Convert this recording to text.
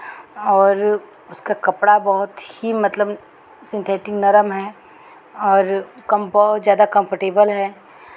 और उसका कपड़ा बहुत ही मतलब सिंथेटिक नरम है और कम बहुत ज़्यादा कंफर्टेबल है